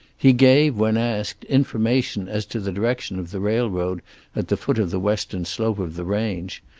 he gave, when asked, information as to the direction of the railroad at the foot of the western slope of the range,